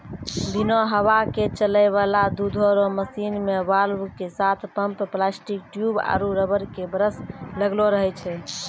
बिना हवा के चलै वाला दुधो रो मशीन मे वाल्व के साथ पम्प प्लास्टिक ट्यूब आरु रबर के ब्रस लगलो रहै छै